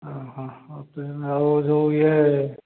ଓହୋ ହେଉ ତେବେ ଆଉ ଯେଉଁ ଇଏ